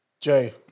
Jay